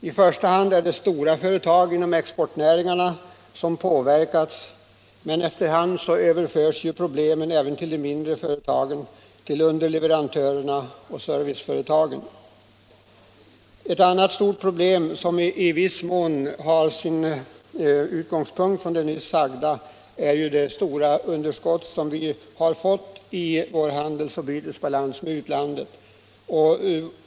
I första hand är det stora företag inom exportnäringarna som påverkats, men efter hand överförs problemen även till de mindre företagen, till underleverantörerna och serviceföretagen. Ett annat stort problem som i viss mån härrör ur detta förhållande är det stora underskottet i vår handelsoch bytesbalans med utlandet.